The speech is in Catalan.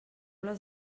les